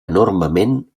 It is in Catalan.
enormement